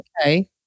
Okay